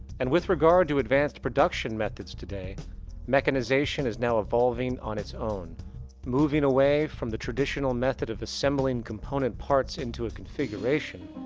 and with regard to advanced production methods today mechanization is now evolving on its own moving away from the traditional method of assembling component parts into a configuration,